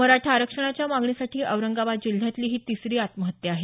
मराठा आरक्षणाच्या मागणी साठी औरंगाबाद जिल्ह्यातली ही तिसरी आत्महत्या आहे